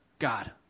God